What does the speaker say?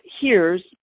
hears